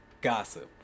gossip